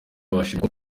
bashimiye